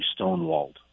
stonewalled